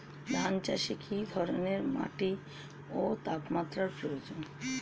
ধান চাষে কী ধরনের মাটি ও তাপমাত্রার প্রয়োজন?